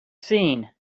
seen